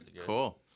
Cool